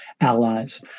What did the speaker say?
allies